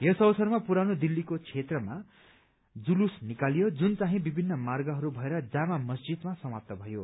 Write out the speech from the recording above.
यस अवसरमा पुरानो दिल्लीको क्षेत्रमा जुलूस निकालियो जुन चाहि विभिन्न मार्गहरू भएर जामा मस्जिदमा समाप्त भयो